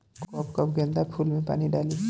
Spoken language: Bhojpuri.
कब कब गेंदा फुल में पानी डाली?